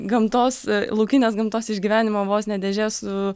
gamtos laukinės gamtos išgyvenimo vos ne dėžė su